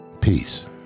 Peace